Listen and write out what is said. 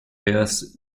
wales